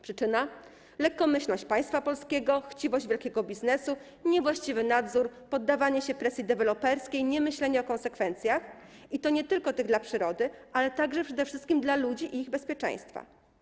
Przyczyna - lekkomyślność państwa polskiego, chciwość wielkiego biznesu, niewłaściwy nadzór, poddawanie się presji deweloperskiej, niemyślenie o konsekwencjach i to nie tylko tych dla przyrody, ale przede wszystkim dla ludzi i ich bezpieczeństwa.